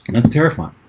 that's terrifying